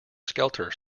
skelter